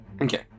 Okay